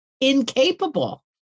incapable